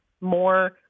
more